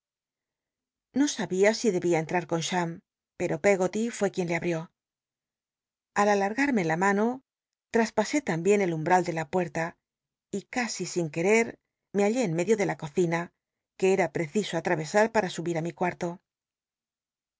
no sabia si debia eqtrar con cham pero l'eggoly rué quien le abtió al alargarme la mano lraspa'é tambien el umbral de la puerta y casi sin jueret me hallé en medio de la cocina ue era preciso all a cs r para subir ü mi cuatlo